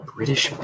British